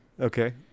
Okay